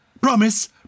Promise